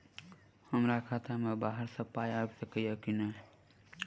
हमरा खाता मे बाहर सऽ पाई आबि सकइय की नहि?